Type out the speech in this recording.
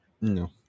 no